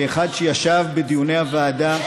כאחד שישב בדיוני הוועדה,